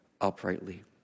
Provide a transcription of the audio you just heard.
uprightly